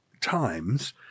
times